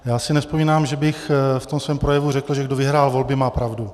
Já si nevzpomínám, že bych ve svém projevu řekl, že kdo vyhrál volby, má pravdu.